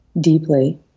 deeply